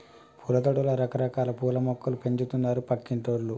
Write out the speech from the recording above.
పూలతోటలో రకరకాల పూల మొక్కలు పెంచుతున్నారు పక్కింటోల్లు